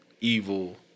Evil